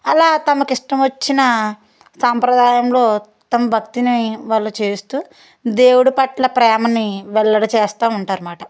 అలా తమకి ఇష్టం వచ్చిన తమ సాంప్రదాయంలో తమ భక్తిని వాళ్ళు చేస్తూ దేవుడు పట్ల ప్రేమని వెల్లడి చేస్తూ ఉంటారు అన్నమాట